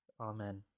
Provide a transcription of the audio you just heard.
Amen